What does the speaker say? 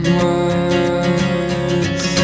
words